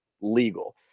legal